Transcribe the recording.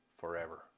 forever